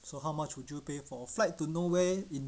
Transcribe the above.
so how much would you pay for flight to nowhere